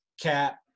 Cap